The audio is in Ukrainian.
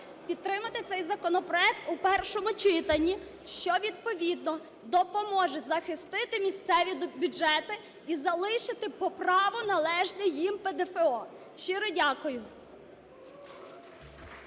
підтримати цей законопроект у першому читанні, що відповідно допоможе захистити місцеві бюджети і залишити по праву належні їм ПДФО. Щиро дякую.